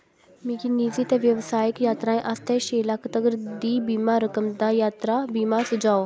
मिगी निजी ते व्यावसायिक यात्राएं आस्तै छे लक्ख तक्कर दी बीमा रकम दा यात्रा बीमा सुझाओ